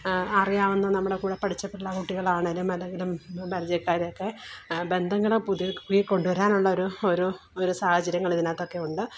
അറിയാവുന്ന നമ്മുടെ കൂടെ പഠിച്ച പിള്ള കുട്ടികൾ ആണെങ്കിലും അല്ലെങ്കിലും നമ്മളെ പരിചയക്കാരൊക്കെ ബന്ധങ്ങളെ പുല കൊണ്ടുവരാനുള്ളൊരു ഒരു സാഹചര്യങ്ങൾ ഇതിനകത്തൊക്കെ ഉണ്ട്